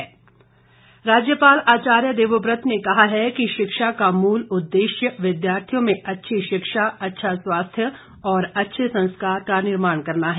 राज्यपाल राज्यपाल आचार्य देवव्रत ने कहा है कि शिक्षा का मूल उद्देश्य विद्यार्थियों में अच्छी शिक्षा अच्छा स्वास्थ्य और अच्छे संस्कार का निर्माण करना है